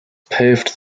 paved